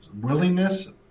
willingness